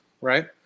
right